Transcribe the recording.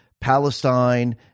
Palestine